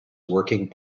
working